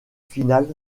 finales